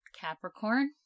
Capricorn